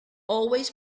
always